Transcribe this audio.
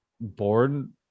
born